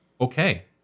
okay